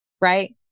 Right